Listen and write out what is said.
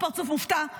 תעשו פרצוף מופתע,